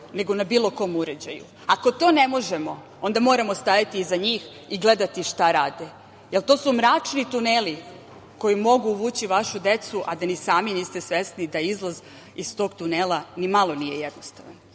nego na bilo kom uređaju? Ako to ne možemo onda moramo stajati iza njih i gledati šta rade, jer to su mračni tuneli koji mogu uvući vašu decu, a da ni sami niste svesni da izlaz iz tog tunela nimalo nije jednostavan. Imali